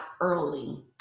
early